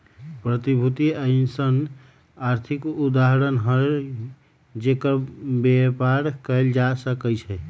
प्रतिभूति अइसँन आर्थिक उपकरण हइ जेकर बेपार कएल जा सकै छइ